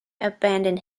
abandoned